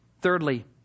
Thirdly